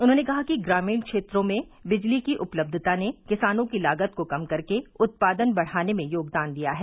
उन्होंने कहा कि ग्रामीण क्षेत्रों में बिजली की उपलब्यता ने किसानों की लागत को कम करके उत्पादन बढ़ाने में योगदान दिया है